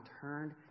turned